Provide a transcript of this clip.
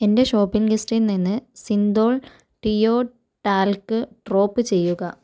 എന്റെ ഷോപ്പിംഗ് ലിസ്റ്റിൽ നിന്ന് സിന്തോൾ ഡിയോ ടാൽക് ഡ്രോപ്പ് ചെയ്യുക